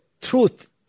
truth